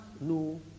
no